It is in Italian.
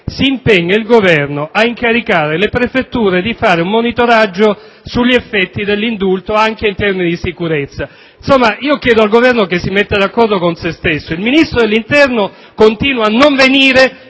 si impegna il Governo a incaricare le prefetture di fare un monitoraggio sugli effetti dell'indulto anche in termini di sicurezza. Insomma, chiedo al Governo che si metta d'accordo con se stesso. Il Ministro dell'interno continua a non venire